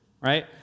right